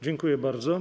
Dziękuję bardzo.